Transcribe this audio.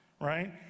right